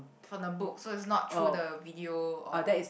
from the book so it's not through the video or